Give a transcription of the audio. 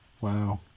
Wow